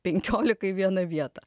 penkiolika į vieną vietą